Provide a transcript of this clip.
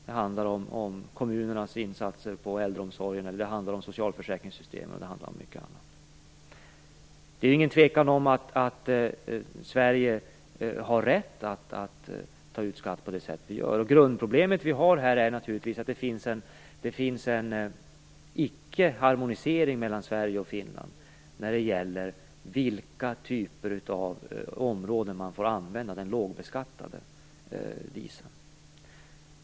Det handlar om kommunernas insatser på äldreomsorgens område, socialförsäkringssystemen och mycket annat. Det är ingen tvekan om att Sverige har rätt att ta ut skatt på det sätt som vi gör. Grundproblemet är naturligtvis att det finns en icke-harmonisering mellan Sverige och Finland när det gäller på vilka typer av områden man får använda den lågbeskattade dieseln.